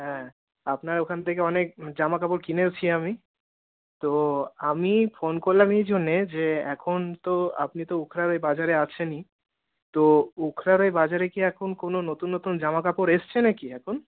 হ্যাঁ আপনার ওখান থেকে অনেক জামাকাপড় কিনেওছি আমি তো আমি ফোন করলাম এই জন্যে যে এখন তো আপনি তো উখরা ওই বাজারে আছেনই তো উখরার ওই বাজারে কি এখন কোনো নতুন নতুন জামাকাপড় এসছে নাকি এখন